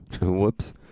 Whoops